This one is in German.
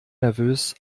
nervös